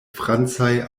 francaj